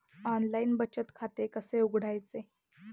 Online बचत खाते कसे उघडायचे?